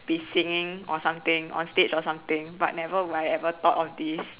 be singing or something on stage or something but never would I ever thought of this